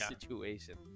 situation